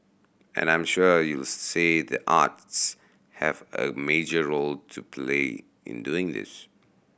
and I'm sure you'll say the arts have a major role to play in doing this